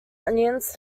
onions